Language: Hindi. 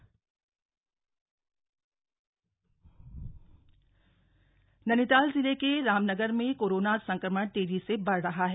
बाजार सील नैनीताल जिले के रामनगर में कोरोना संक्रमण तेजी से बढ़ रहा है